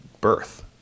birth